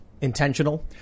Intentional